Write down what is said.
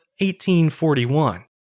1841